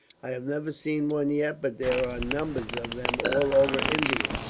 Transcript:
i have never seen one yet, but there are numbers of them all over india.